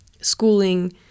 schooling